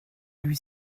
lui